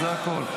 זה הכול.